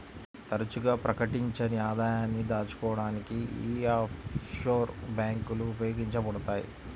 తరచుగా ప్రకటించని ఆదాయాన్ని దాచుకోడానికి యీ ఆఫ్షోర్ బ్యేంకులు ఉపయోగించబడతయ్